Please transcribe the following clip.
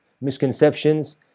misconceptions